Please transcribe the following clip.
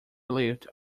relieved